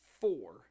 four